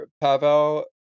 Pavel